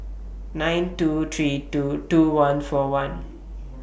nine two three two two one four one